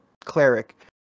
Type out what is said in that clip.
cleric